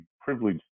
privileged